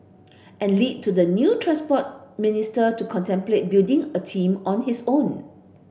and led to the new Transport Minister to contemplate building a team on his own